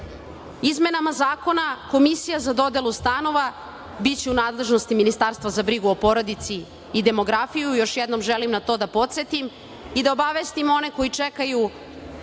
Izmenama zakona, komisija za dodelu stanova biće u nadležnosti Ministarstva za brigu o porodici i demografiju i još jednom želim da podsetim na to i da obavestim one koji čekaju